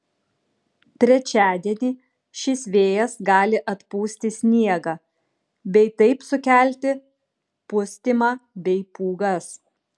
trečiadienį šis vėjas gali atpūsti sniegą bei taip sukelti pustymą bei pūgas